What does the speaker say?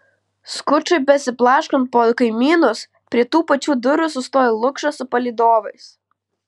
skučui besiblaškant po kaimynus prie tų pačių durų sustojo lukša su palydovais